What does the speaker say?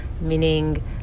meaning